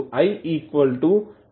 అవుతుంది